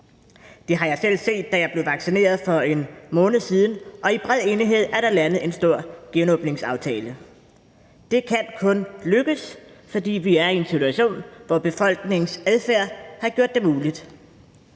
det har jeg selv oplevet, da jeg blev vaccineret for en måned siden – og der er i bred enighed landet en stor genåbningsaftale. Det kan kun lykkes, fordi vi er i en situation, hvor befolkningens adfærd har gjort det muligt.